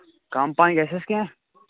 کَم پَہن گژھٮ۪س کیٚنہہ